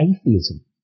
atheism